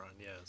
yes